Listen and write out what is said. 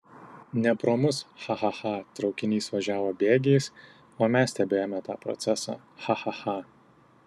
ne pro mus cha cha cha traukinys važiavo bėgiais o mes stebėjome tą procesą cha cha cha